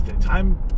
time